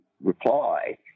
reply